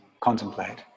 contemplate